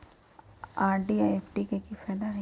RD आ FD के कि फायदा हई?